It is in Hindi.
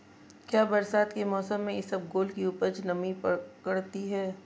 क्या बरसात के मौसम में इसबगोल की उपज नमी पकड़ती है?